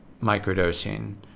microdosing